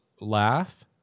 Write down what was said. laugh